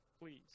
Please